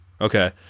Okay